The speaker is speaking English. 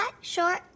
short